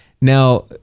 Now